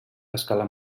escala